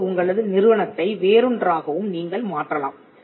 அல்லது உங்கள் நிறுவனத்தை வேறொன்றாகவும் நீங்கள் மாற்றலாம்